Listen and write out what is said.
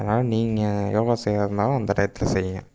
அதனால் நீங்கள் யோகா செய்வதா இருந்தாலும் அந்த டயத்தில் செய்யுங்க